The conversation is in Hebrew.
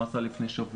מה הוא עשה לפני שבוע,